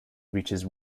reaches